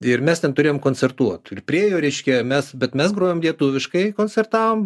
ir mes ten turėjom koncertuot ir priėjo ryškia mes bet mes grojom lietuviškai koncertavom